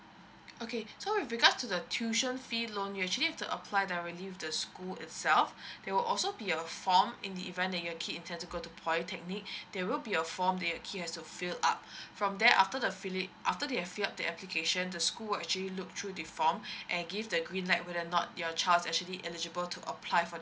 okay so with regards to the tuition fee loan you actually have to apply directly with the school itself there will also be a form in the event that your kid intend to go to polytechnic there will be a form that you kid has to fill up from there after they fill it after they've fill up the application the school would actually look through the form and give the green light whether not your child actually eligible to apply for